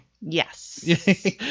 yes